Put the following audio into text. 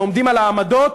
ועומדים על העמדות,